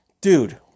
dude